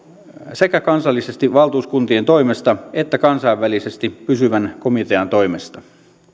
sekä kansallisesti valtuuskuntien toimesta että kansainvälisesti pysyvän komitean toimesta